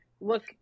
look